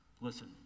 Listen